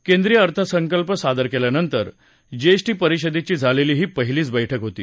केंद्रीय अर्थसंकल्प सादर केल्यानंतर जीएसटी परिषदेची झालेली ही पहिलीच बैठक होती